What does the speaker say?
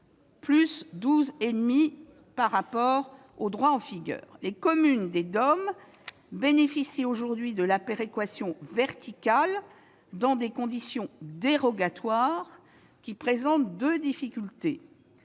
d'euros par rapport au droit en vigueur. Les communes des DOM bénéficient aujourd'hui de la péréquation verticale dans des conditions dérogatoires qui soulèvent deux difficultés